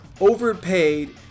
overpaid